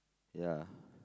ya